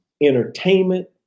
entertainment